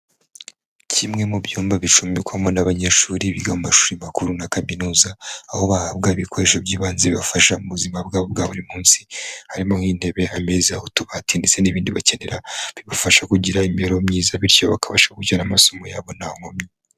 Kimwe mu byumba bicumbikwamo n'abanyeshuri biga mu mashuri makuru na Kaminuza aho bahabwa ibikoresho by'ibanze bibafasha mu buzima bwabo bwa buri munsi harimo nk'intebe, ameza, utubati ndetse n'ibindi bakenera bibafasha kugira imibereho myiza. Bityo bakabasha kubyara amasomo yabo nta nkomyi.